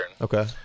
Okay